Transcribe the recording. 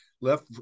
left